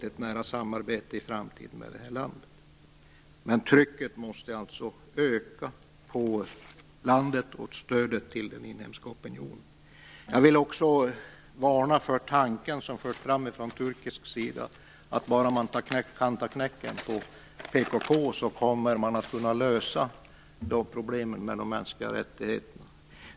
Ett nära samarbete i framtiden har ju också förordats. Men trycket på landet och stödet till den inhemska opinionen måste öka. Jag vill varna för den tanke som förts fram från turkisk sida att om man bara kan ta knäcken på PKK kommer man att kunna lösa problemen med de mänskliga rättigheterna.